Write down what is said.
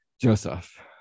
Joseph